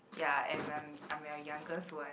ya and am I'm the youngest one